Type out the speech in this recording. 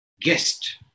guest